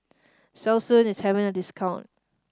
Selsun is having a discount